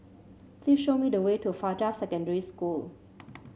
please show me the way to Fajar Secondary School